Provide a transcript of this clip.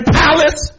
palace